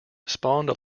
spawned